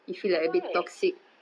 that's why